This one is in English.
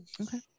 Okay